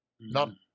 None